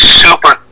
super